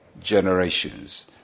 generations